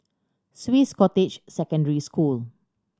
Swiss Cottage Secondary School